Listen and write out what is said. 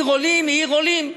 עיר עולים,